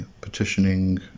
petitioning